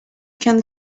can